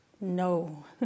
no